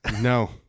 No